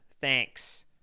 Thanks